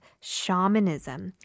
shamanism